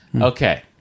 Okay